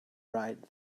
right